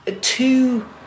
two